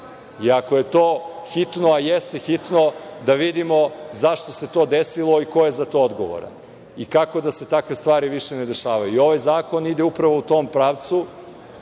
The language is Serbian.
Ako je to hitno, a jeste hitno, da vidimo zašto se to desilo, ko je za to odgovoran i kako da se takve stvari više ne dešavaju. Ovaj zakon ide upravo u tom pravcu,